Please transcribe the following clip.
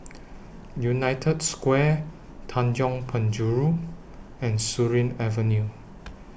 United Square Tanjong Penjuru and Surin Avenue